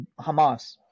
Hamas